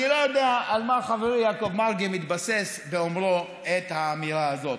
אני לא יודע על מה חברי יעקב מרגי מתבסס באומרו את האמירה הזאת.